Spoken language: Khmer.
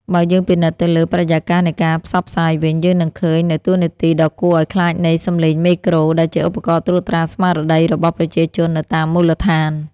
បើយើងពិនិត្យទៅលើបរិយាកាសនៃការផ្សព្វផ្សាយវិញ យើងនឹងឃើញនូវតួនាទីដ៏គួរឱ្យខ្លាចនៃ សំឡេងមេក្រូ ដែលជាឧបករណ៍ត្រួតត្រាស្មារតីរបស់ប្រជាជននៅតាមមូលដ្ឋាន។